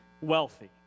wealthy